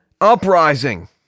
Uprising